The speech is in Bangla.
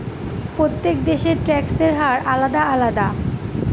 প্রত্যেক দেশের ট্যাক্সের হার আলাদা আলাদা